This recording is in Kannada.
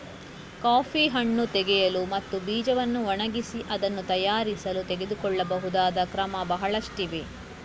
ಕಾಫಿ ಹಣ್ಣು ತೆಗೆಯಲು ಮತ್ತು ಬೀಜವನ್ನು ಒಣಗಿಸಿ ಅದನ್ನು ತಯಾರಿಸಲು ತೆಗೆದುಕೊಳ್ಳಬಹುದಾದ ಕ್ರಮ ಬಹಳಷ್ಟಿವೆ